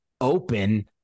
open